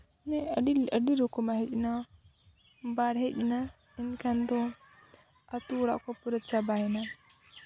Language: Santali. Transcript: ᱟᱹᱰᱤ ᱨᱚᱠᱚᱢᱟᱜ ᱦᱮᱡ ᱮᱱᱟ ᱵᱟᱲ ᱦᱮᱡᱱᱟ ᱮᱱᱠᱷᱟᱱ ᱫᱚ ᱟᱛᱳ ᱚᱲᱟᱜ ᱠᱚ ᱯᱩᱨᱟᱹ ᱪᱟᱵᱟᱭᱮᱱᱟ